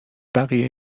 بقیه